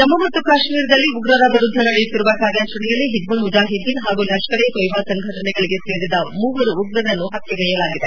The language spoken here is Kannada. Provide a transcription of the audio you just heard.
ಜಮ್ಮು ಮತ್ತು ಕಾಶ್ಮೀರದಲ್ಲಿ ಉಗ್ರರ ವಿರುದ್ದ ನಡೆಯುತ್ತಿರುವ ಕಾರ್ಯಾಚರಣೆಯಲ್ಲಿ ಹಿಜ್ಬುಲ್ ಮುಜಾಹಿದ್ದೀನ್ ಹಾಗೂ ಲಷ್ಕರ್ ಇ ತೋಯ್ಬಾ ಸಂಘಟನೆಗಳಿಗೆ ಸೇರಿದ ಮೂವರು ಉಗ್ರರನ್ನು ಹತ್ಯೆಗೈಯಲಾಗಿದೆ